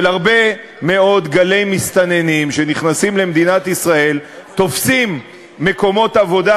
שהרבה מאוד גלי מסתננים שנכנסים למדינת ישראל תופסים מקומות עבודה,